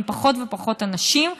עם פחות ופחות אנשים,